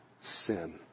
sin